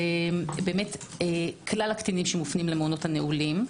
כלל הקטינים שמופנים למעונות הנעולים,